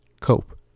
cope